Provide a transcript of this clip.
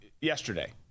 yesterday